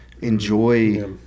enjoy